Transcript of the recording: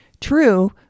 true